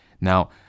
Now